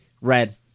Red